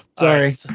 sorry